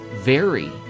vary